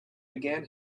began